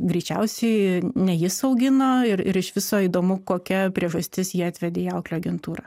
greičiausiai ne jis augino ir ir iš viso įdomu kokia priežastis jį atvedė į auklių agentūrą